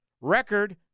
record